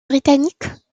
britanniques